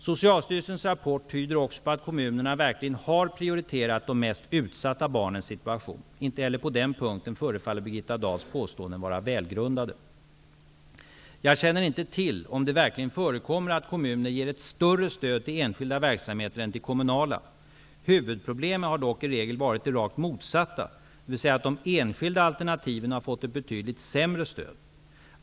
Socialstyrelsens rapport tyder också på att kommunerna verkligen har prioriterat de mest utsatta barnens situation. Inte heller på denna punkt förefaller Brigitta Dahls påståenden vara välgrundade. Jag känner inte till om det verkligen förekommer att kommuner ger ett större stöd till enskilda verksamheter än till kommunala. Huvudproblemet har dock i regel varit det rakt motsatta, dvs. att de enskilda alternativen har fått ett betydligt sämre stöd.